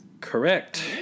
Correct